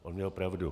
On měl pravdu.